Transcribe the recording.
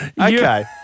Okay